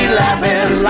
laughing